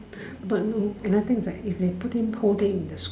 but no another thing is like if they put in whole day in the S_C